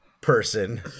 person